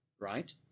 right